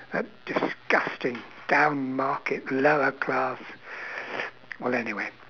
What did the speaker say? a disgusting damn market lower class well anyway